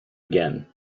again